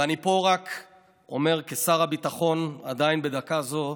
ואני פה רק אומר כשר הביטחון עדיין בדקה זו: